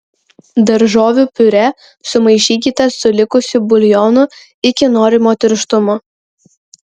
daržovių piurė sumaišykite su likusiu buljonu iki norimo tirštumo